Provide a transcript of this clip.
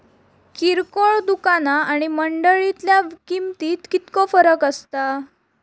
किरकोळ दुकाना आणि मंडळीतल्या किमतीत कितको फरक असता?